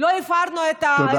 תודה.